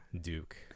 Duke